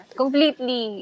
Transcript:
completely